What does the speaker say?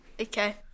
Okay